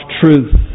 truth